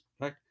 right